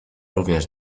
również